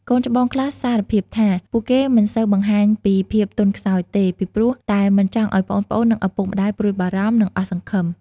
កូនច្បងខ្លះសារភាពថា ពួកគេមិនសូវបង្ហាញពីភាពទន់ខ្សោយទេ ពីព្រោះតែមិនចង់ឱ្យប្អូនៗ និងឪពុកម្ដាយព្រួយបារម្ភ និងអស់សង្ឃឹម។